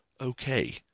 okay